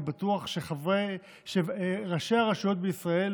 אני בטוח שראשי הרשויות בישראל